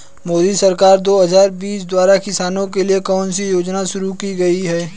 मोदी सरकार दो हज़ार बीस द्वारा किसानों के लिए कौन सी योजनाएं शुरू की गई हैं?